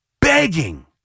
begging